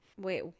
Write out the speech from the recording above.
Wait